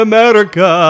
America